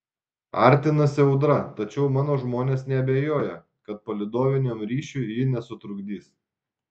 artinasi audra tačiau mano žmonės neabejoja kad palydoviniam ryšiui ji nesutrukdys